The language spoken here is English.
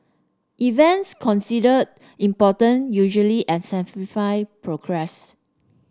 events considered important usually progress